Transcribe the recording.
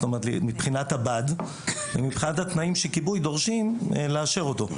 מבחינת הבד ומבחינת התנאים שכיבוי דורשים לאשר אותו.